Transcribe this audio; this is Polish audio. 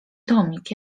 tomik